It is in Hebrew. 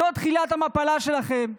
זו תחילת המפלה שלכם.